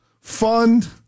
fund